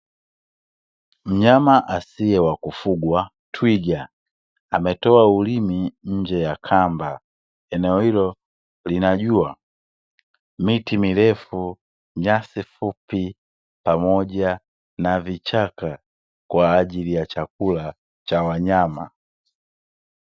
Mnyama asiye wa kufugwa twiga, ametoa ulimi nje ya kamba, eneo hilo lina jua, miti mirefu, nyasi fupi pamoja na vichaka. Kwa ajili ya chakula cha wanyama.